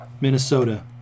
Minnesota